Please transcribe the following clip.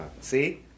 see